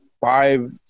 five